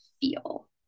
feel